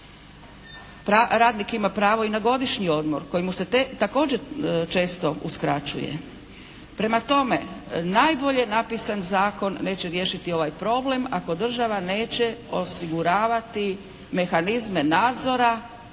Radnik ima pravo na godišnji odmor koji mu se također često uskraćuje. Prema tome, najbolje napisan zakon neće riješiti ovaj problem ako država neće osiguravati mehanizme nadzora